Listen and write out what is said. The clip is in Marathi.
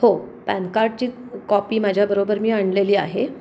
हो पॅनकार्डची कॉपी माझ्याबरोबर मी आणलेली आहे